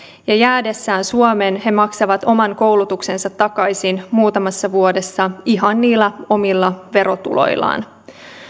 ja jäädessään suomeen he maksavat oman koulutuksensa takaisin muutamassa vuodessa ihan niillä omilla verotuloillaan